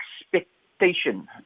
expectation